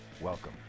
welcome